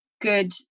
good